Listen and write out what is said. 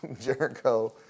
Jericho